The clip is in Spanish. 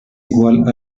igual